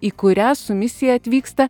į kurią su misija atvyksta